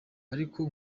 ariko